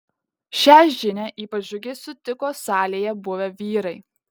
šią žinią ypač džiugiai sutiko salėje buvę vyrai